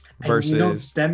versus